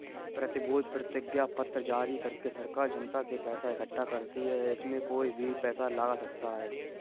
प्रतिभूति प्रतिज्ञापत्र जारी करके सरकार जनता से पैसा इकठ्ठा करती है, इसमें कोई भी पैसा लगा सकता है